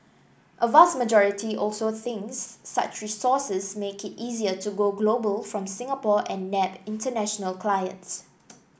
a vast majority also thinks such resources make it easier to go global from Singapore and nab international clients